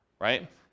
right